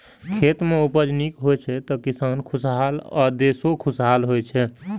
खेत मे उपज नीक होइ छै, तो किसानो खुश आ देशो खुशहाल होइ छै